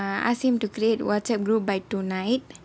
err ask him to create WhatsApp group by tonight